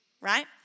right